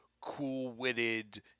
cool-witted